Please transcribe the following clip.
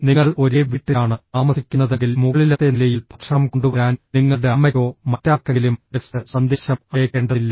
നിങ്ങൾ ഒരേ വീട്ടിലാണ് താമസിക്കുന്നതെങ്കിൽ മുകളിലത്തെ നിലയിൽ ഭക്ഷണം കൊണ്ടുവരാൻ നിങ്ങളുടെ അമ്മയ്ക്കോ മറ്റാർക്കെങ്കിലും ടെക്സ്റ്റ് സന്ദേശം അയയ്ക്കേണ്ടതില്ല